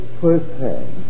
firsthand